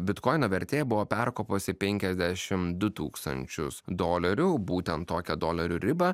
bitkoino vertė buvo perkopusi penkiasdešimt du tūkstančius dolerių būtent tokią dolerių ribą